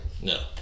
No